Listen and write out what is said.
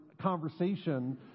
conversation